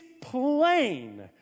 plain